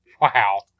Wow